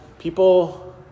People